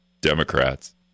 Democrats